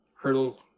hurdle